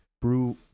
brew